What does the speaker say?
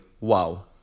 Wow